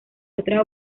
otras